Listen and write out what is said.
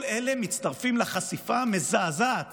כל אלה מצטרפים לחשיפה המזעזעת